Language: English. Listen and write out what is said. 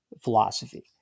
philosophy